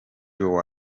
you